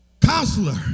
Counselor